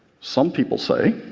some people say,